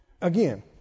Again